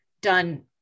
done